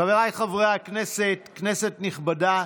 חבריי חברי הכנסת, כנסת נכבדה,